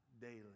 daily